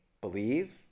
believe